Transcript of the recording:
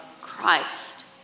Christ